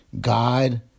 God